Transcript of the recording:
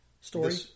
Story